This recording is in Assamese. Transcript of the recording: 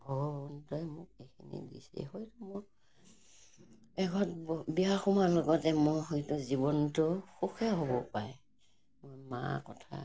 ভগৱন্তই মোক এইখিনি দিছে হয়তো মোৰ এঘৰত বিয়া সোমোৱাৰ লগতে মই হয়তো জীৱনটো সুখে হ'ব পাৰে মাৰ কথা